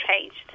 changed